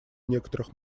некоторых